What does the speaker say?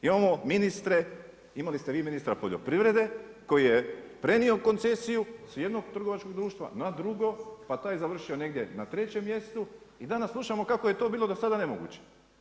Imamo ministre, imali ste vi ministra poljoprivrede koji je prenio koncesiju s jednog trgovačkog društva na drugo, pa taj završio negdje na trećem mjestu i danas slušamo kako je to bilo dosada nemoguće.